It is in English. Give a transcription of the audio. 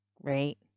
right